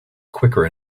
quicker